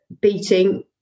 beating